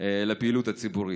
לפעילות הציבורית.